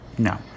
No